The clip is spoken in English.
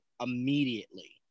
immediately